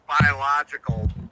Biological